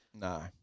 No